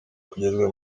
kugezwa